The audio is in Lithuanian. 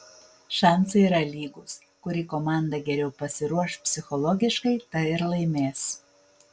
šansai yra lygūs kuri komanda geriau pasiruoš psichologiškai ta ir laimės